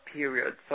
period